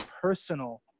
personal